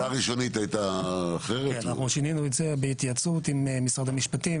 אנחנו שינינו את זה בהתייעצות עם משרד המשפטים,